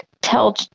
tell